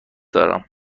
دارم